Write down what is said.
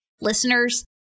listeners